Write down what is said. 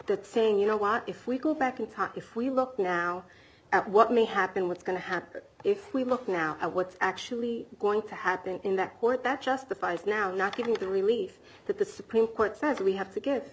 that saying you know what if we go back and if we look now at what may happen what's going to happen if we look now at what's actually going to happen in that court that justifies now not getting the relief that the supreme court says we have to get